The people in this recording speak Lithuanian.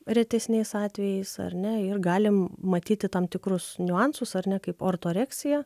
retesniais atvejais ar ne ir galim matyti tam tikrus niuansus ar ne kaip ortoreksija